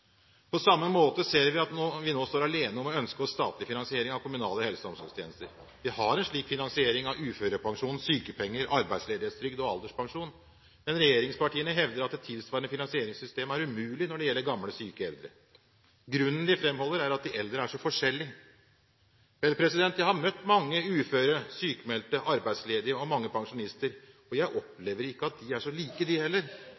På samme måte ser vi at vi nå er alene om å ønske oss statlig finansiering av kommunale helse- og omsorgstjenester. Vi har en slik finansiering av uførepensjon, sykepenger, arbeidsledighetstrygd og alderspensjon, men regjeringspartiene hevder at tilsvarende finansieringssystem er umulig når det gjelder syke eldre. Grunnen de fremholder, er at de eldre er så forskjellige. Vel, jeg har møtt mange uføre, sykmeldte, arbeidsledige og mange pensjonister. Jeg opplever ikke at de er så like, de heller.